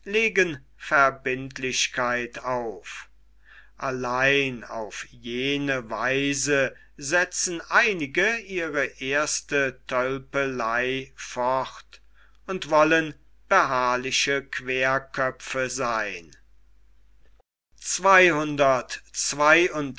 legen verbindlichkeit auf allein auf jene weise setzen einige ihre erste tölpelei fort und wollen beharrliche queerköpfe seyn